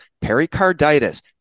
pericarditis